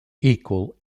equal